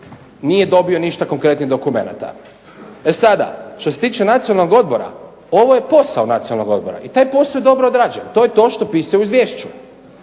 nije dobio ništa konkretnih dokumenata. E sada, što se tiče Nacionalnog odbora ovo je posao Nacionalnog odbora i taj posao je dobro odrađen. To je to što piše u izvješću.